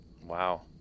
Wow